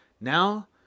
Now